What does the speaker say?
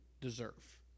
deserve